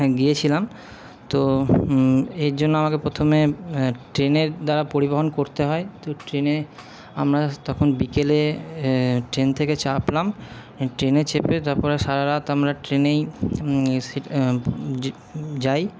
গিয়েছিলাম তো এর জন্য আমাকে প্রথমে ট্রেনের দ্বারা পরিবহন করতে হয় তো ট্রেনে আমরা তখন বিকেলে ট্রেন থেকে চাপলাম ট্রেনে চেপে তারপরে সারা রাত আমরা ট্রেনেই যাই